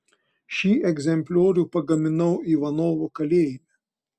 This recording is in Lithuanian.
šį egzempliorių pagaminau ivanovo kalėjime